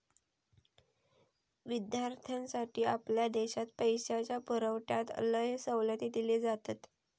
विद्यार्थ्यांसाठी आपल्या देशात पैशाच्या पुरवठ्यात लय सवलती दिले जातत